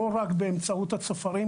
לא רק באמצעות הצופרים,